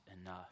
enough